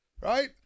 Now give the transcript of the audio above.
right